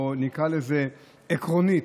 או נקרא לזה עקרונית: